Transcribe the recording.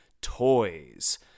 Toys